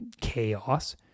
chaos